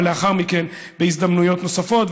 ולאחר מכן בהזדמנויות נוספות.